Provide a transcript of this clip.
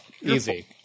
Easy